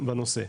בנושא.